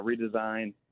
redesign